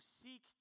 seek